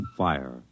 fire